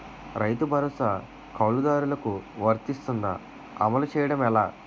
రైతు భరోసా కవులుదారులకు వర్తిస్తుందా? అమలు చేయడం ఎలా